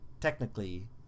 technically